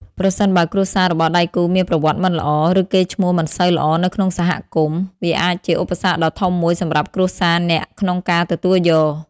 ប្រសិនបើគ្រួសាររបស់ដៃគូមានប្រវត្តិមិនល្អ ឬកេរ្តិ៍ឈ្មោះមិនសូវល្អនៅក្នុងសហគមន៍ វាអាចជាឧបសគ្គដ៏ធំមួយសម្រាប់គ្រួសារអ្នកក្នុងការទទួលយក។